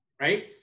right